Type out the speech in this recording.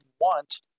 want